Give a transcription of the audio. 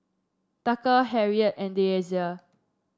Tucker Harriet and Deasia